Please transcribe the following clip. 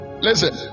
Listen